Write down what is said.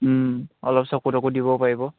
অলপ চকু তকু দিব পাৰিব